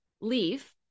leave